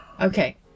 Okay